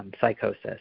psychosis